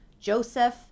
Joseph